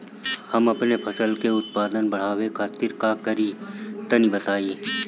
हम अपने फसल के उत्पादन बड़ावे खातिर का करी टनी बताई?